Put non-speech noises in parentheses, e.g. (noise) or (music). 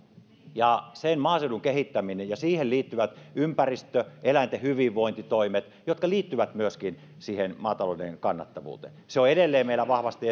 ja maaseudun kehittäminen ja siihen liittyvät ympäristö ja eläinten hyvinvointitoimet jotka liittyvät myöskin siihen maatalouden kannattavuuteen se on edelleen meillä vahvasti (unintelligible)